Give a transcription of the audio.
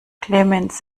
clemens